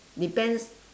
depends